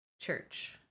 church